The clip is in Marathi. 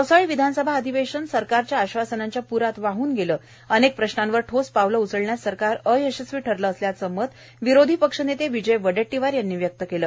पावसाळी विधानसभा अधिवेशन सरकारच्या आश्वासनांच्या प्रात वाहन गेलं अनेक प्रश्नांवर ठोस पावलं उचलण्यात सरकार अयशस्वी ठरलं असल्याचं मत विरोधी पक्षनेते विजय वडेट्टीवार यांनी व्यक्त केलं